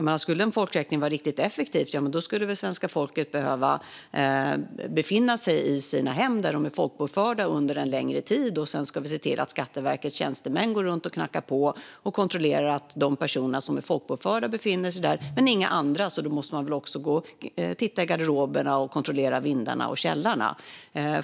För att en folkräkning skulle vara riktigt effektiv skulle väl svenska folket behöva befinna sig i sina hem där de är folkbokförda under en längre tid. Sedan ska vi se till att Skatteverkets tjänstemän går runt och knackar på och kontrollerar att de personer som är folkbokförda befinner sig där men inga andra. Då måste man väl också gå och titta i garderoberna och kontrollera vindarna och källarna.